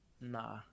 Nah